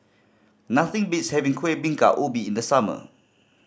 nothing beats having Kuih Bingka Ubi in the summer